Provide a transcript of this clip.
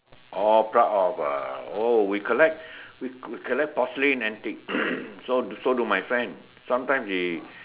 oh pluck off ah oh we collect we collect porcelain antique so so do my friend sometimes he